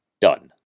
done